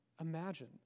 imagine